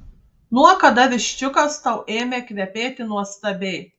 nuo kada viščiukas tau ėmė kvepėti nuostabiai